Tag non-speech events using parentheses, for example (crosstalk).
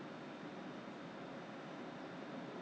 one of them already flew out (laughs) already broke out